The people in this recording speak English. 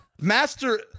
Master